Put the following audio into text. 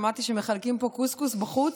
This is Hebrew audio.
שמעתי שמחלקים פה קוסקוס בחוץ,